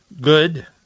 good